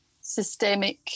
systemic